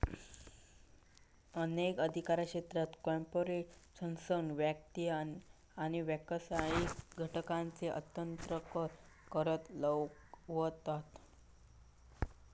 अनेक अधिकार क्षेत्रा कॉर्पोरेशनसह व्यक्ती आणि व्यावसायिक घटकांच्यो उत्पन्नावर कर लावतत